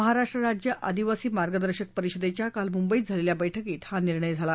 महाराष्ट्र राज्य आदिवासी मार्गदर्शक परिषदेच्या काल मुंबईत झालेल्या बैठकीत हा निर्णय झाला